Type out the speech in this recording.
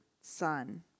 son